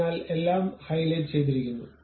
അതിനാൽ എല്ലാം ഹൈലൈറ്റ് ചെയ്തിരിക്കുന്നു